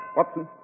Watson